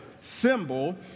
symbol